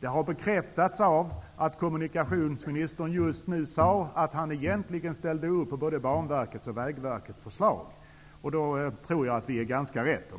Det har bekräftats av att kommunikationsministern just sade att han egentligen ställde upp på både Banverkets och Vägverkets förslag. Då tror jag att vi ligger ganska rätt.